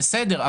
בסדר,